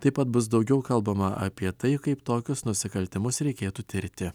taip pat bus daugiau kalbama apie tai kaip tokius nusikaltimus reikėtų tirti